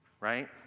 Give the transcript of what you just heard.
right